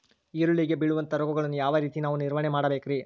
ಈರುಳ್ಳಿಗೆ ಬೇಳುವಂತಹ ರೋಗಗಳನ್ನು ಯಾವ ರೇತಿ ನಾವು ನಿವಾರಣೆ ಮಾಡಬೇಕ್ರಿ?